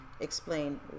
explain